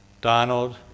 Donald